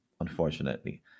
unfortunately